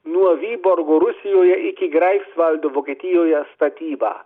nuo vyborgo rusijoje iki greifsvaldo vokietijoje statybą